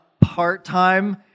Part-time